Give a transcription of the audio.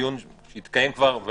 אבל